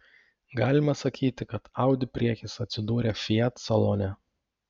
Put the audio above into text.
galima sakyti kad audi priekis atsidūrė fiat salone